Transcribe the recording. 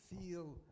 feel